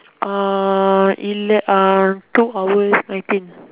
uh eleven uh hour two hours I think